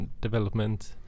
development